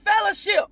fellowship